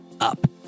up